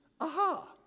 Aha